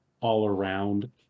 all-around